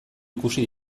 ikusi